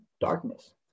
darkness